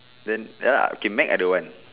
then ya lah okay Mac I don't want